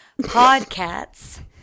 podcasts